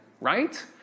right